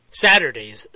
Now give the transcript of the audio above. Saturdays